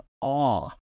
awe